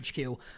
HQ